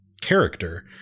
character